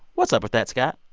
what's up with that, scott?